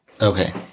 Okay